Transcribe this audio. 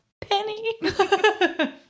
Penny